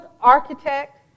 architect